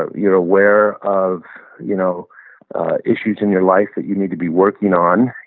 ah you're aware of you know issues in your life that you need to be working on.